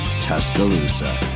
tuscaloosa